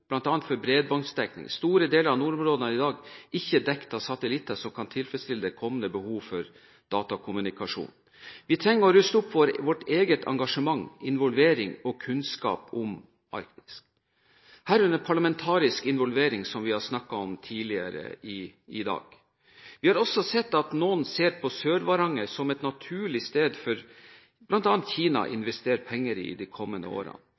for bl.a. bredbåndsdekning. Store deler av nordområdene er i dag ikke dekt av satellitter som kan tilfredsstille det kommende behovet for datakommunikasjon. Vi trenger å ruste opp vårt eget engasjement, vår involvering og kunnskap om Arktis, herunder parlamentarisk involvering, som vi har snakket om tidligere i dag. Vi har også sett at noen ser på Sør-Varanger som et naturlig sted for bl.a. Kina å investere penger i i de kommende årene.